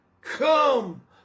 come